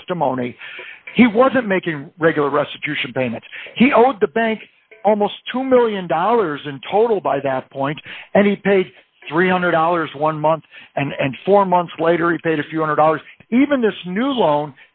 testimony he wasn't making regular restitution payments he owed the bank almost two million dollars in total by that point and he paid three hundred dollars one month and four months later he paid a few one hundred dollars even this new l